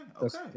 okay